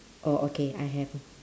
orh okay I have